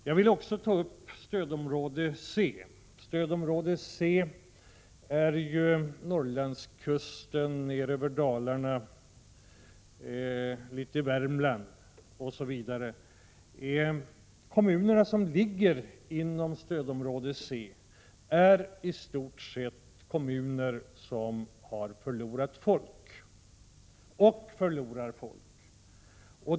Jag vill också ta upp stödområde C, dvs. Norrlandskusten ner över Dalarna, litet av Värmland osv. De kommuner som ligger inom stödområde Cäristort sett kommuner som har förlorat och förlorar folk.